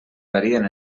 varien